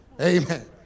Amen